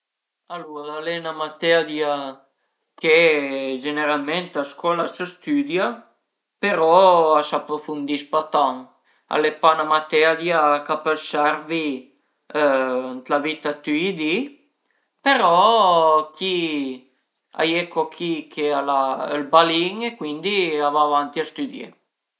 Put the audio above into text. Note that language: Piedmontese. Alura al e 'na materia che generalment a scola a së stüdia, però a s'aprufundis pa tan, al e pa 'na materia ch'a pöl servi ën la vita dë tüti i di, però chi a ie co chi che al a ël balin e cuindi a va avanti a stüdié